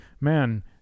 man